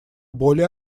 более